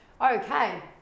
Okay